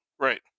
right